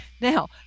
Now